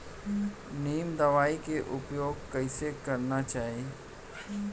नीम दवई के उपयोग कइसे करना है?